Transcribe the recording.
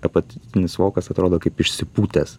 apatinis vokas atrodo kaip išsipūtęs